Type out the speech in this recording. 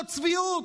זאת צביעות.